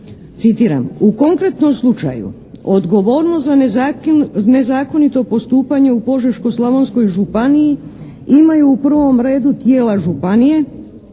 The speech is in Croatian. citiram: